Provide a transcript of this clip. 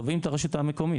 תובעים את הרשות המקומית,